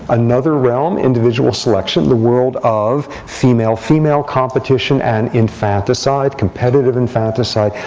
another realm individual selection, the world of female female competition, and infanticide, competitive infanticide.